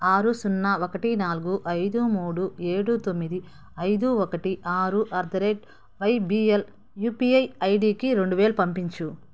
ఆరు సున్నా ఒకటి నాలుగు ఐదు మూడు ఏడు తొమ్మిది ఐదు ఒకటి ఆరు at the rate YBL UPI ఐడీకి రెండువేలు పంపించు